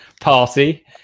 party